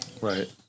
Right